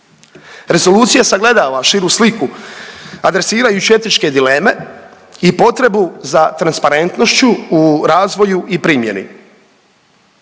Rezolucija sagledava širu sliku adresirajući etičke dileme i potrebu za transparentnošću u razvoju i primjeni